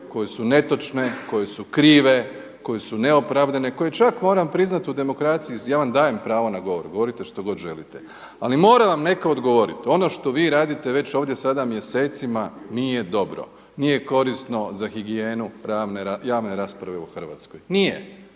koje su netočne, koje su krive, koje su neopravdane, koje čak moram priznati u demokraciji, ja vam dajem pravo na govor, govorite što god želite ali mora vam netko odgovoriti. Ono što vi radite već ovdje sada mjesecima nije dobro, nije korisno za higijenu javne rasprave u Hrvatskoj. Nije,